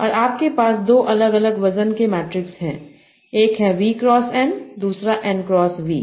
तो आपके पास 2 अलग अलग वज़न के मैट्रिक्स हैं एक है V क्रॉस N दूसरा N क्रॉस V